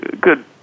good